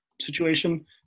situation